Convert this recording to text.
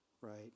Right